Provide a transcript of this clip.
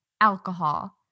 alcohol